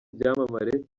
byamamare